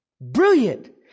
Brilliant